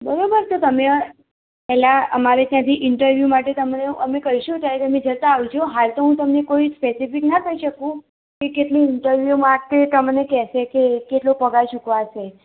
બરાબર છે તો તમે પહેલાં અમારે ત્યાંથી ઇન્ટરવ્યૂ માટે તમને અમે કહીશું ત્યારે તમે જતા આવજો હાલ તો હું તમને કોઈ સ્પેસિફિક ના કહી શકું કે કેટલું ઇન્ટરવ્યૂ માટે તમને કહેશે કે કેટલો પગાર ચૂકવાશે